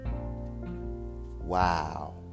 Wow